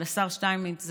אבל השר שטייניץ,